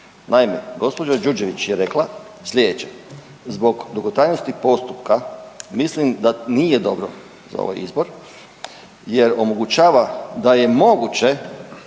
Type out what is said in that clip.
Naime, gđa. Đurđević je rekla slijedeće. Zbog dugotrajnosti postupka mislim da nije dobro za ovaj izbor jer omogućava da je moguće